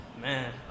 Man